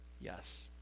Yes